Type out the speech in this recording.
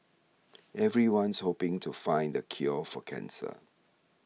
everyone's hoping to find the cure for cancer